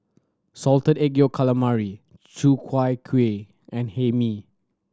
Salted Egg Yolk Calamari Ku Chai Kuih and Hae Mee